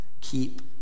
keep